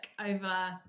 over